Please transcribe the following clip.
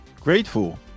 grateful